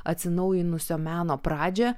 atsinaujinusio meno pradžią